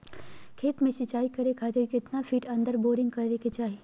खेत में सिंचाई करे खातिर कितना फिट अंदर बोरिंग करे के चाही?